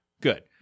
Good